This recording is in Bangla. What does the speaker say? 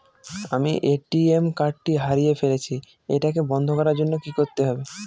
আমি এ.টি.এম কার্ড টি হারিয়ে ফেলেছি এটাকে বন্ধ করার জন্য কি করতে হবে?